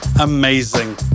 amazing